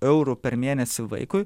eurų per mėnesį vaikui